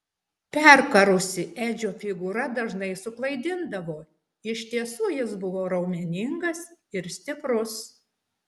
perkarusi edžio figūra dažnai suklaidindavo iš tiesų jis buvo raumeningas ir stiprus